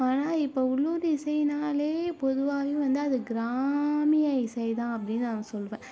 ஆனால் இப்போது உள்ளூர் இசைனாலே பொதுவாயும் வந்து அது கிராமிய இசை தான் அப்படின் நான் சொல்வேன்